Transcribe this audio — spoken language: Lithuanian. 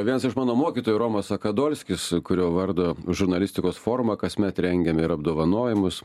viens iš mano mokytojų romas sakadolskis kurio vardo žurnalistikos formą kasmet rengiame ir apdovanojimus